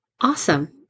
awesome